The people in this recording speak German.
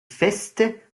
feste